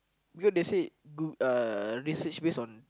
because they say go uh they search based on